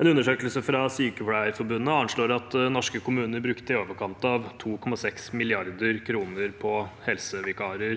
En undersøkelse fra Sykepleierforbundet anslår at norske kommuner brukte i overkant av 2,6 mrd. kr på helsevikarer